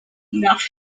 nach